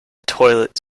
toilet